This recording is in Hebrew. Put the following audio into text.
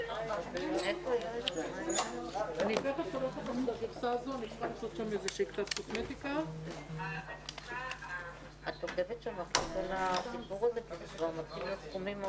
בשעה 13:00.